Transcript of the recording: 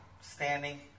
standing